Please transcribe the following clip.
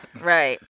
Right